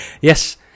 Yes